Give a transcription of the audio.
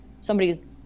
Somebody's